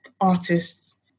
artists